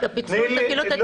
תני לי.